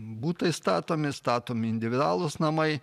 butai statomi statomi individualūs namai